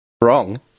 Wrong